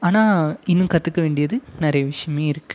ஆனா இன்னும் கற்றுக்க வேண்டியது நிறைய விஷயமே இருக்கு